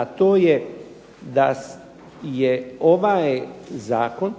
a to je da je ovaj zakon